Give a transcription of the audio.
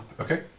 Okay